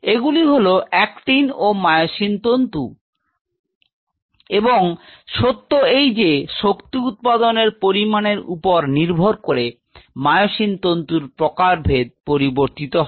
এগুলি হল অ্যাকটিন ও মায়োসিন তন্তু এবং সত্য এই যে শক্তি উৎপাদনের পরিমানের ওপর নির্ভর করে মায়োসিন তন্তুর প্রকারভেদ পরিবর্তিত হয়